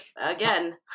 again